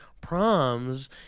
proms